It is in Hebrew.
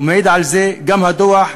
מעיד על זה גם הדוח,